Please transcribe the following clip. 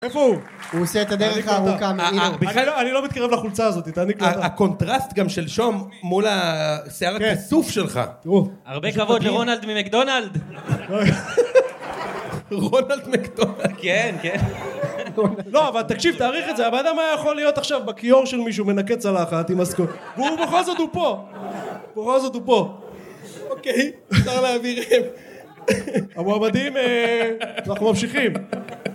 איפה הוא? הוא עושה את הדרך הארוכה אני לא מתקרב לחולצה הזאתי תעניק לי את ה... הקונטרסט גם שלשום מול השיער הכסוף שלך תראו הרבה כבוד לרונלד ממקדונלד רונלד מקדונלד כן, כן לא, אבל תקשיב, תעריך את זה הבן אדם היה יכול להיות עכשיו בכיור של מישהו מנקה צלחת אחת עם הסקוץ' ובכל זאת הוא פה בכל זאת הוא פה אוקיי אפשר להביא... המועמדים... אנחנו ממשיכים